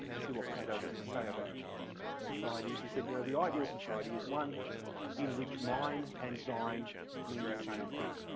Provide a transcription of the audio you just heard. can see what plato has to say about societies. he said yeah the ideal society is one in which mine and thine mean the same thing.